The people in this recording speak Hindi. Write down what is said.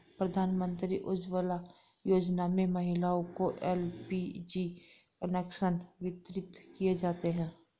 प्रधानमंत्री उज्ज्वला योजना में महिलाओं को एल.पी.जी कनेक्शन वितरित किये जाते है